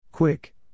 Quick